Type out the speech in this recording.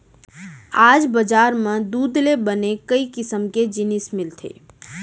आज बजार म दूद ले बने कई किसम के जिनिस मिलथे